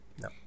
No